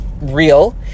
real